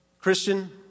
Christian